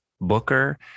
Booker